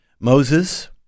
Moses